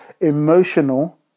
emotional